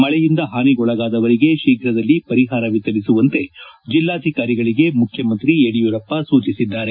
ಮಳೆಯಿಂದ ಹಾನಿಗೊಳಗಾದವರಿಗೆ ಶೀಘದಲ್ಲಿ ಪರಿಹಾರ ವಿತರಿಸುವಂತೆ ಜಿಲ್ಲಾಧಿಕಾರಿಗಳಿಗೆ ಮುಖ್ಯಮಂತ್ರಿ ಯಡಿಯೂರಪ್ಪ ಸೂಚಿಸಿದ್ದಾರೆ